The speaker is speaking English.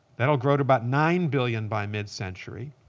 that'll grow to about nine billion by mid-century.